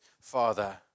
Father